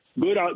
good